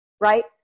right